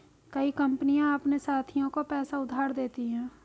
कई कंपनियां अपने साथियों को पैसा उधार देती हैं